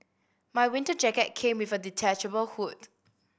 my winter jacket came with a detachable hood